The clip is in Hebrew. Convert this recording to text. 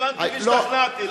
הבנתי והשתכנעתי.